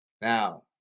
Now